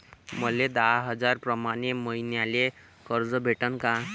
मले दहा हजार प्रमाण मईन्याले कर्ज भेटन का?